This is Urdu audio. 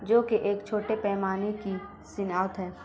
جو کہ ایک چھوٹے پیمانے کی صنعت ہے